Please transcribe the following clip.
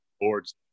boards